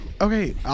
Okay